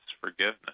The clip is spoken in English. forgiveness